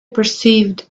perceived